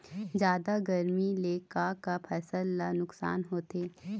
जादा गरमी ले का का फसल ला नुकसान होथे?